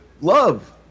Love